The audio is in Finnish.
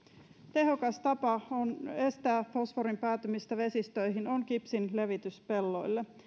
tehokas tapa estää fosforin päätymistä vesistöihin on kipsin levitys pelloille